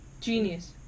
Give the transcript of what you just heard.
Genius